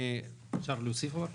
אפשר להוסיף משהו?